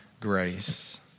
grace